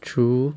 true